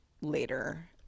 later